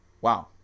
Wow